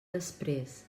després